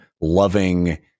loving